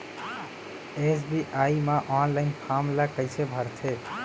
SBI म online form ल कइसे भरथे?